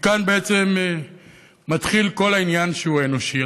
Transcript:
מכאן בעצם מתחיל כל העניין, שהוא האנושי.